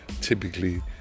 typically